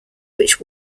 which